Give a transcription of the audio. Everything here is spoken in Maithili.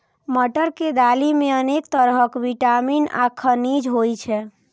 मटर के दालि मे अनेक तरहक विटामिन आ खनिज होइ छै